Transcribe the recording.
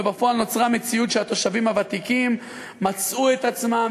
ובפועל נוצרה מציאות שהתושבים הוותיקים מצאו עצמם,